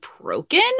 broken